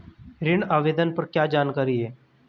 ऋण आवेदन पर क्या जानकारी है?